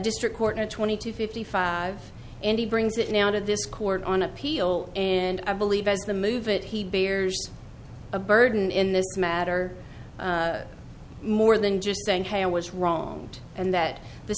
district court in twenty two fifty five and he brings it in out of this court on appeal and i believe as the move it he bears a burden in this matter more than just saying hey i was wrong and that the